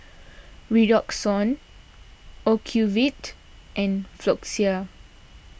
Redoxon Ocuvite and Floxia